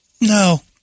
No